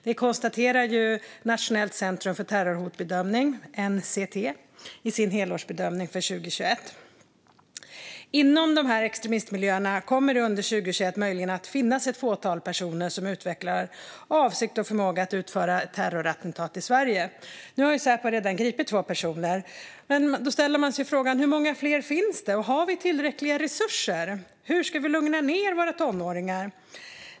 Det konstaterar Nationellt centrum för terrorhotbedömning, NCT, i sin helårsbedömning för 2021. Inom dessa extremistmiljöer kommer det under 2021 möjligen att finnas ett fåtal personer som utvecklar avsikt och förmåga att utföra ett terrorattentat i Sverige. Nu har Säpo redan gripit två personer. Då ställer man sig ju frågan: Hur många fler finns det? Och har vi tillräckliga resurser? Hur ska vi lugna ned våra tonåringar?